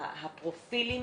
הפרופילים